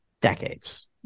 decades